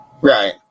Right